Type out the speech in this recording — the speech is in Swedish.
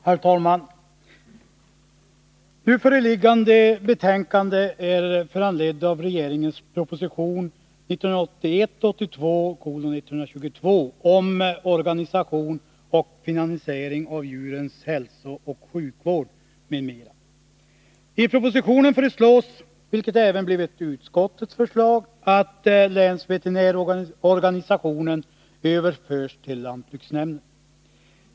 Herr talman! Nu föreliggande betänkande är föranlett av regeringens proposition 1981/82:122 om organisation och finansiering av djurens hälsooch sjukvård m.m. I propositionen föreslås, vilket även har blivit utskottets förslag, att länsveterinärsorganisationen överförs till lantbruksnämnderna.